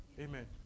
Amen